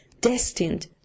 destined